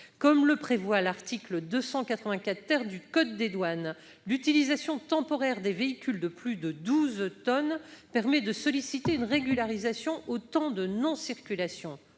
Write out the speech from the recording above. Comme le prévoit l'article 284 du code des douanes, l'utilisation temporaire des véhicules de plus de 12 tonnes permet de solliciter une régularisation au temps de non-circulation.